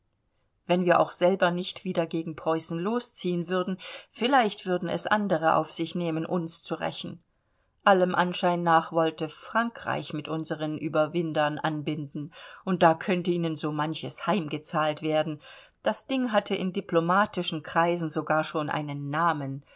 wenn wir auch selber nicht wieder gegen preußen losziehen würden vielleicht würden es andere auf sich nehmen uns zu rächen allem anschein nach wollte frankreich mit unseren überwindern anbinden und da könnte ihnen so manches heimgezahlt werden das ding hatte in diplomatischen kreisen sogar schon einen namen